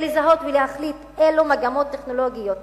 לזהות ולהחליט אילו מגמות טכנולוגיות